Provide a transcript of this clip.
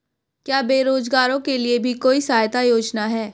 क्या बेरोजगारों के लिए भी कोई सहायता योजना है?